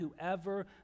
whoever